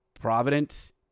Providence